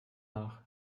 nach